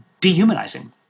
dehumanizing